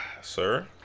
Sir